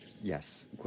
Yes